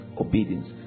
obedience